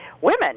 women